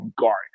guard